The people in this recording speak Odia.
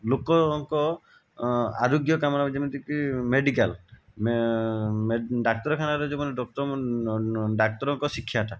ଲୋକଙ୍କ ଆରୋଗ୍ୟତା ମାନେକର ଯେମିତିକି ମେଡ଼ିକାଲ ଡାକ୍ତରଖାନାରେ ଯେଉଁମାନେ ଡାକ୍ତରଙ୍କ ଶିକ୍ଷାଟା